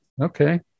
Okay